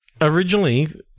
originally-